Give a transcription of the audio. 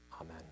Amen